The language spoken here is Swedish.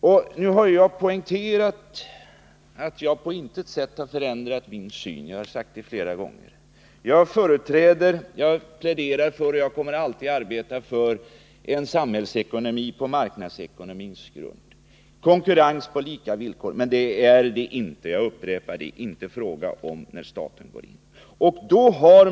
Nu har jag flera gånger poängterat att jag på intet sätt har förändrat min syn på konkurrensbehovet i marknadsekonomin. Jag kommer alltid att arbeta för en samhällsekonomi på marknadsekonomins grund, konkurrens på lika villkor. Men det är detta som inte håller — jag upprepar detta — när staten går in.